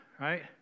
right